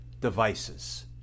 devices